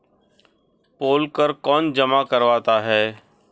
पोल कर कौन जमा करवाता है?